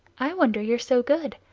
i wonder you're so good.